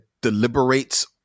deliberates